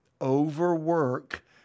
overwork